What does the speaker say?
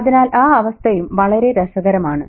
അതിനാൽ ആ അവസ്ഥയും വളരെ രസകരമാണ്